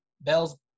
Bell's